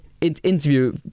interview